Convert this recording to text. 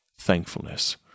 thankfulness